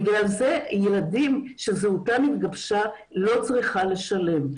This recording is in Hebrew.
בגלל זה ילדים שזהותם התגבשה לא צריכה לשלם.